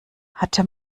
hatte